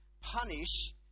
punish